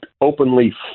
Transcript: openly